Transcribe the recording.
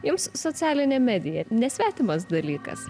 jums socialinė medija nesvetimas dalykas